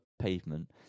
pavement